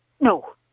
No